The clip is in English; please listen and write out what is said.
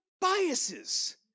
biases